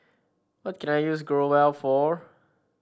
what can I use Growell for